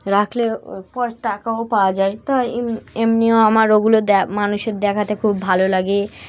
রাখলে ওর পর টাকাও পাওয়া যায় তাই এম এমনিও আমার ওগুলো মানুষের দেখাতে খুব ভালো লাগে